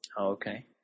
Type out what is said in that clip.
okay